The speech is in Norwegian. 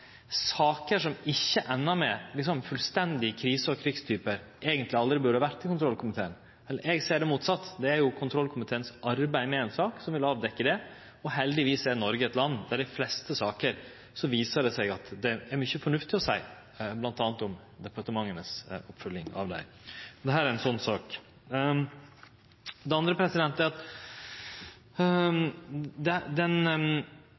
saker som ikkje endar med fullstendig krise og krigstypar, eigentleg aldri burde ha vore i kontrollkomiteen. Eg ser det motsett: Det er jo kontrollkomiteens arbeid med ei sak som vil avdekkje det, og heldigvis er Noreg eit land der det i dei fleste saker viser seg at det er mykje fornuftig å seie, bl.a. om departementas oppfølging. Dette er ei slik sak. Det andre er at